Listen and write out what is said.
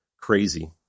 crazy